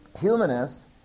humanists